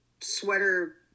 sweater